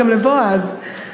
גם לבועז.